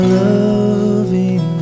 loving